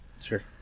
sure